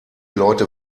leute